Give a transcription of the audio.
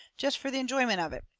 jest fur the enjoyment of it,